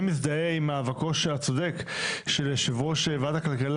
אני מזדהה עם מאבקו הצודק של יושב ראש ועדת הכלכלה,